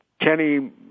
Kenny